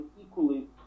equally